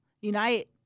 unite